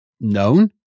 known